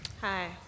Hi